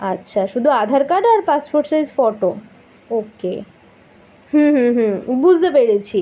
আচ্ছা শুদু আধার কার্ড আর passport size photo okay hmm hmm hmm বুঝতে পেরেছি